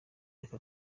aka